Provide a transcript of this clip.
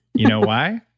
you know why?